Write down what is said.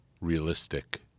realistic